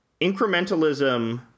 incrementalism